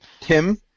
Tim